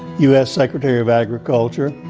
u s. secretary of agriculture.